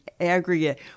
aggregate